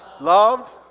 loved